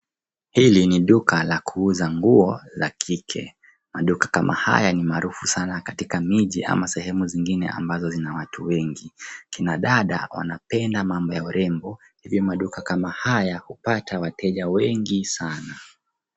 Hili ni duka la kuuza nguo la kike. Maduka kama haya ni maarufu sana katika miji ama sehemu zingine ambazo zina watu wengi, kina dada wanapenda mambo ya urembo, hivi maduka kama haya hupata wateja wengi sana.